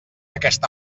aquesta